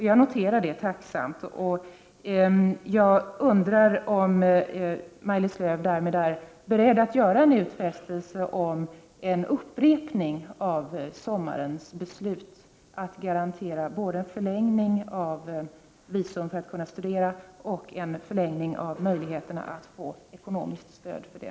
Jag noterar det tacksamt och undrar om Maj-Lis Lööw därmed är beredd att göra en utfästelse om en upprepning av sommarens beslut att garantera både en förlängning av visum för att kunna studera och en förlängning av möjligheterna att få ekonomiskt stöd för det.